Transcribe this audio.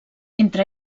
entre